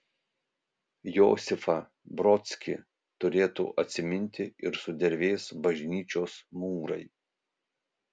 josifą brodskį turėtų atsiminti ir sudervės bažnyčios mūrai